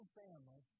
family